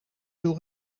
door